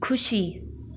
खुसी